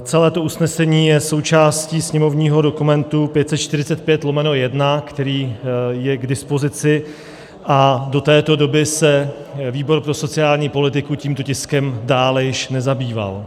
Celé to usnesení je součástí sněmovního dokumentu 545/1, který je k dispozici, a do této doby se výbor pro sociální politiku tímto tiskem dále již nezabýval.